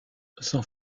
sans